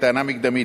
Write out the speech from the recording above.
כטענה מקדמית,